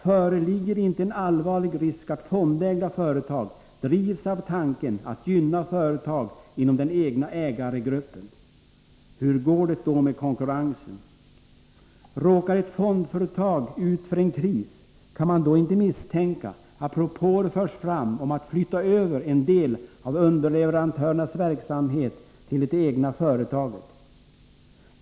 Föreligger inte en allvarlig risk att fondägda företag drivs av tanken att gynna företag inom den egna ägargruppen? Hur går det då med konkurrensen? Råkar ett fondföretag ut för en kris, kan man då inte misstänka att propåer förs fram om att flytta över en del av underleverantörernas verksamhet till det egna företaget?